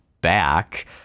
back